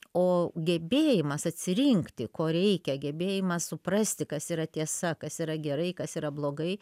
o gebėjimas atsirinkti ko reikia gebėjimas suprasti kas yra tiesa kas yra gerai kas yra blogai